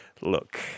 look